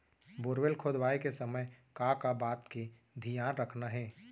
Borewell खोदवाए के समय का का बात के धियान रखना हे?